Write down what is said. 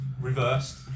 Reversed